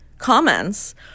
comments